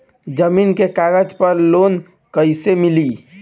जमीन के कागज पर लोन कइसे मिली?